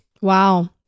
Wow